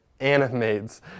animates